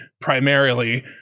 primarily